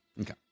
Okay